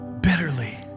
bitterly